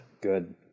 Good